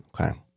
Okay